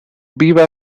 viva